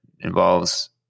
involves